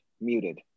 muted